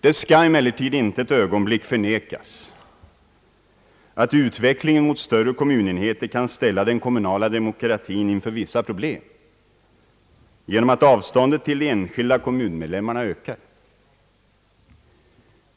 Det skall emellertid inte ett ögonblick förnekas att utvecklingen mot större kommunenheter kan ställa den kommunala demo kratin inför vissa problem genom att avståndet till de enskilda kommunmedlemmarna ökar.